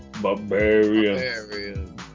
Barbarian